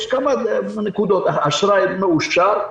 יש מספר נקודות אשראי מאושר,